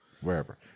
wherever